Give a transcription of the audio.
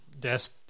desk